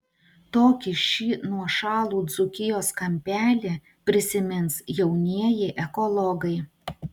tokį šį nuošalų dzūkijos kampelį prisimins jaunieji ekologai